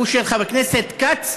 הוא של חבר הכנסת כץ.